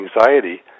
anxiety